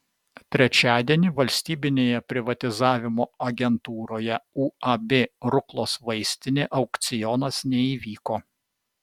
trečiadienį valstybinėje privatizavimo agentūroje uab ruklos vaistinė aukcionas neįvyko